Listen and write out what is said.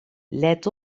let